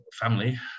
family